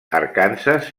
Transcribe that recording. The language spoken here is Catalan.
arkansas